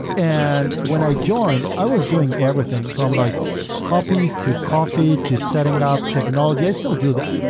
and when i joined, i was doing everything from like copies to coffee to setting up technology, i still do that.